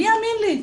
מי יאמין לי?'.